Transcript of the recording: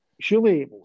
surely